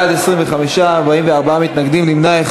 25 בעד, 44 נגד, אחד נמנע.